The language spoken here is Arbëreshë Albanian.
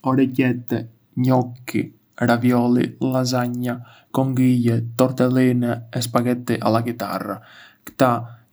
Orecchiette, gnocchi, ravioli, lasagna, konchiglie, tortellini e spaghetti alla chitarra. Ktò